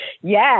Yes